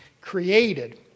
created